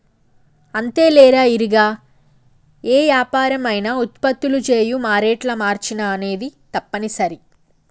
అంతేలేరా ఇరిగా ఏ యాపరం అయినా ఉత్పత్తులు చేయు మారేట్ల మార్చిన అనేది తప్పనిసరి